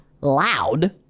loud